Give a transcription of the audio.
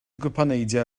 gwpaneidiau